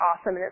awesome